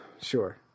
sure